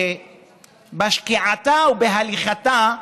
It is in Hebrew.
שבשקיעתה ובהליכתה,